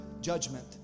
judgment